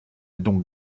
donc